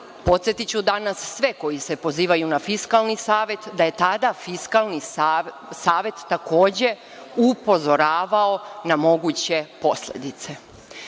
podsetiću danas sve koji se pozivaju na Fiskalni savet, da je tada Fiskalni savet takođe upozoravao na moguće posledice. Ono